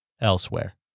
elsewhere